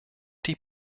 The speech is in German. die